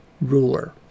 ruler